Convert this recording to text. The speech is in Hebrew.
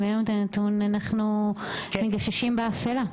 אם אין את הנתון אנחנו מגששים באפילה.